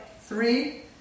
three